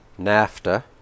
NAFTA